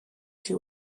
she